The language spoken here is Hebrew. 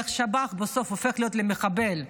איך שב"ח בסוף הופך להיות מחבל,